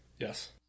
Yes